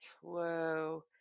whoa